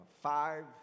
five